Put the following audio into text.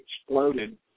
exploded